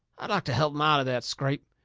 i'd like to help em out of that scrape.